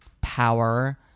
power